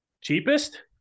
Cheapest